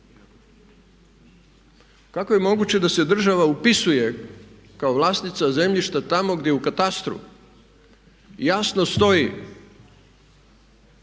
Kako je moguće da se država upisuje kao vlasništva zemljišta tamo gdje u katastru jasno stoji